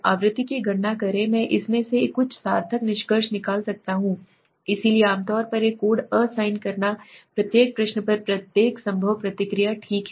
आवृत्ति की गणना करें मैं इसमें से कुछ सार्थक निष्कर्ष निकाल सकता हूं इसलिए आमतौर पर एक कोड असाइन करना प्रत्येक प्रश्न पर प्रत्येक संभव प्रतिक्रिया के लिए ठीक है